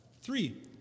three